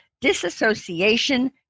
disassociation